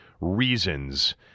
reasons